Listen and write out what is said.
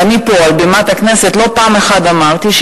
ואני לא פעם אחת אמרתי פה,